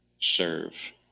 serve